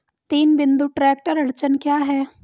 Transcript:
तीन बिंदु ट्रैक्टर अड़चन क्या है?